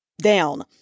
down